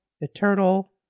eternal